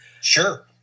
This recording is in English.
Sure